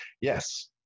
yes